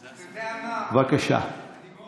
אתה יודע מה, אני מאוד